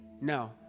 no